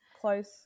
Close